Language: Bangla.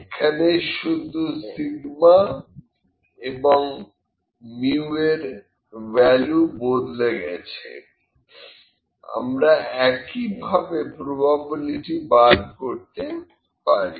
এখানে শুধু μ এবং σ এর ভ্যালু বদলে গেছে আমরা একই রকম ভাবে প্রবাবিলিটি বার করতে পারি